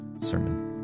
sermon